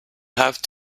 have